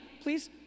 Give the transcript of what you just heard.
please